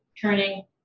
turning